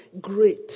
Great